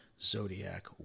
zodiac